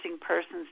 Persons